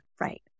right